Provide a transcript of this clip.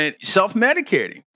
self-medicating